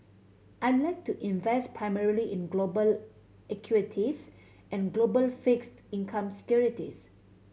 I like to invest primarily in global equities and global fixed income securities